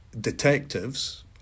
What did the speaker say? detectives